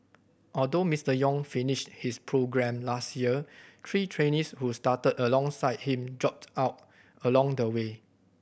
although Mister Yong finished his programme last year three trainees who started alongside him dropped out along the way